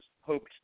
hoped